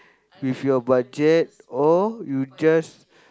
with your budget or you just